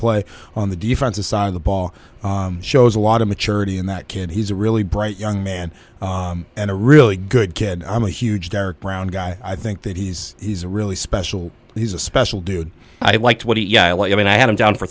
play on the defensive side of the ball shows a lot of maturity in that kid he's a really bright young man and a really good kid i'm a huge derek brown guy i think that he's he's really special he's a special dude i like what he yeah i like him and i had him down for